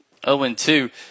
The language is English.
0-2